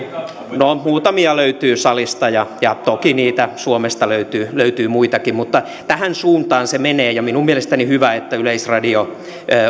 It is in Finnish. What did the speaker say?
no muutamia löytyy salista ja ja toki niitä suomesta löytyy löytyy muitakin mutta tähän suuntaan se menee ja minun mielestäni hyvä että yleisradio